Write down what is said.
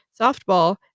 softball